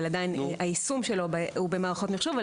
היישום שלו הוא במערכות מחשוב.